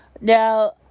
Now